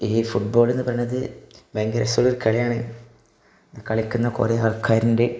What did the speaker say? ഈ ഫുട്ബോളെന്നു പറയുന്നത് ഭയങ്കര രസമുള്ള കളിയാണ് കളിക്കുന്ന കുറേ ആൾക്കാരുണ്ട്